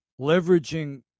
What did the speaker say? leveraging